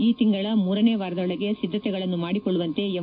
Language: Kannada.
ಈ ತಿಂಗಳ ಮೂರನೇ ವಾರದೊಳಗೆ ಸಿದ್ದತೆಗಳನ್ನು ಮಾಡಿಕೊಳ್ಳುವಂತೆ ಎಂ